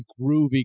groovy